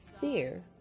fear